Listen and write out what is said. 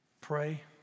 Pray